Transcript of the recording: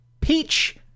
Peach